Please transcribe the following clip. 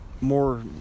more